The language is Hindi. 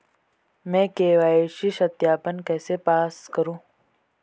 मैं के.वाई.सी सत्यापन कैसे पास करूँ?